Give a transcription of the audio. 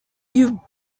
you